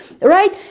right